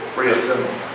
reassemble